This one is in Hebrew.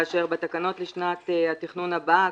ובתקנות לשנת התכנון הבאה,